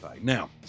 Now